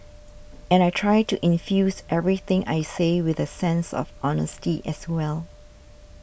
and I try to infuse everything I say with a sense of honesty as well